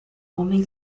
homem